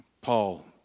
Paul